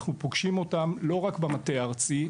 אנחנו פוגשים אותם לא רק במטה הארצי,